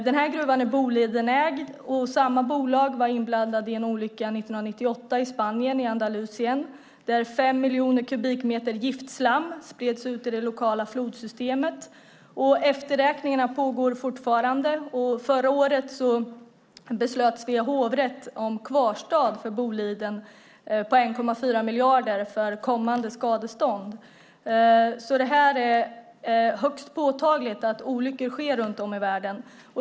Den här gruvan är Bolidenägd, och samma bolag var 1998 inblandad i en olycka i Andalusien i Spanien. Där spreds fem miljoner kubikmeter giftslam ut i det lokala flodsystemet. Efterräkningarna pågår fortfarande. Förra året beslutade Svea hovrätt om kvarstad på 1,4 miljarder för Boliden för kommande skadestånd. Det är högst påtagligt att olyckor sker runt om i världen.